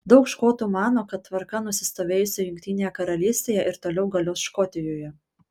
daug škotų mano kad tvarka nusistovėjusi jungtinėje karalystėje ir toliau galios škotijoje